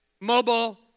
Mobile